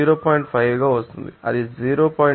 5 గా వస్తుంది అది 0